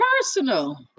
personal